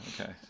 okay